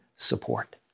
Support